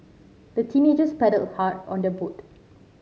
the teenagers paddled hard on their boat